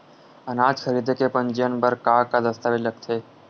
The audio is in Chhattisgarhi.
अनाज खरीदे के पंजीयन बर का का दस्तावेज लगथे?